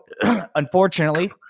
unfortunately